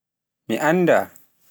Mi annda